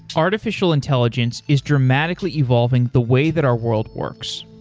artificial intelligence is dramatically evolving the way that our world works,